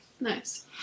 Nice